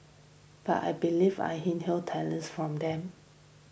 but I believe I inherited talents from them